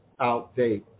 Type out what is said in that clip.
outdate